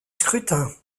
scrutin